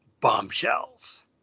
Bombshells